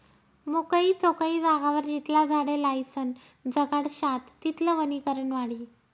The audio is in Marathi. मोकयी चोकयी जागावर जितला झाडे लायीसन जगाडश्यात तितलं वनीकरण वाढी